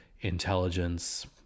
intelligence